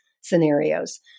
scenarios